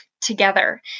together